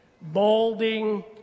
balding